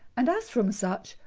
and as from such,